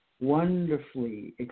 wonderfully